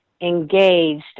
engaged